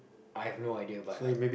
I have no idea but I